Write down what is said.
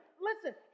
Listen